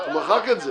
הוא מחק את זה.